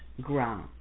ground